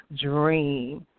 dream